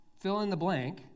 fill-in-the-blank